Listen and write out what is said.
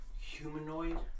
Humanoid